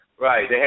right